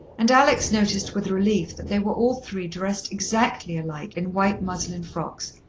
and alex noticed with relief that they were all three dressed exactly alike in white muslin frocks,